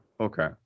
Okay